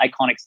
iconic